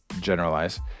generalize